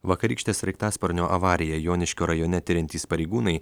vakarykštę sraigtasparnio avariją joniškio rajone tiriantys pareigūnai